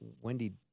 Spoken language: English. Wendy